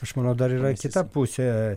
aš manau dar yra kita pusė